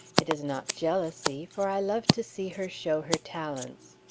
it is not jealousy, for i love to see her show her talents.